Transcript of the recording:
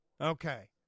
Okay